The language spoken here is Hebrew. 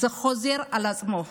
זה חוזר על עצמו.